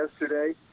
yesterday